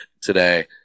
today